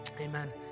amen